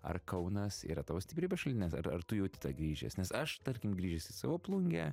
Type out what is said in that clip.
ar kaunas yra tavo stiprybės šaltinis ar ar tu jauti tą grįžęs nes aš tarkim grįžęs į savo plungę